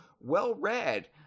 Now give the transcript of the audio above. well-read